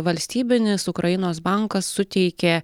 valstybinis ukrainos bankas suteikė